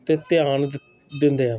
ਅਤੇ ਧਿਆਨ ਦਿੰਦੇ ਆ